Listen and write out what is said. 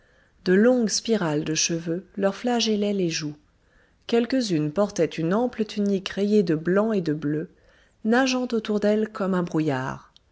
de longues spirales de cheveux leur flagellaient les joues quelques-unes portaient une ample tunique rayée de blanc et de bleu nageant autour d'elles comme un brouillard